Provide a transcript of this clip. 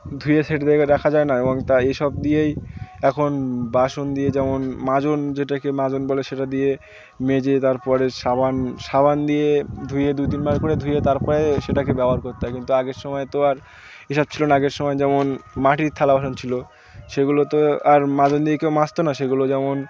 ধুয়ে রাখা যায় না এবং তা এ সব দিয়েই এখন বাসন দিয়ে যেমন মাজন যেটাকে মাজন বলে সেটা দিয়ে মেজে তার পরে সাবান সাবান দিয়ে ধুয়ে দু তিনবার করে ধুয়ে তার পরে সেটাকে ব্যবহার করতে হয় কিন্তু আগের সময় তো আর এ সব ছিল না আগের সময় যেমন মাটির থালা বাসন ছিল সেগুলো তো আর মাজন দিয়ে কেউ মাজত না সেগুলো যেমন